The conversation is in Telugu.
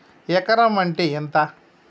ఎకరం అంటే ఎంత?